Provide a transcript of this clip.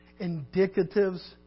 indicatives